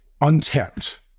untapped